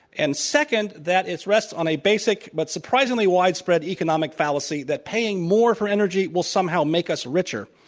and second that it rests on a basic but surprisingly widespread economic fallacy that paying more for energy will somehow make us richer.